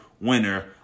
winner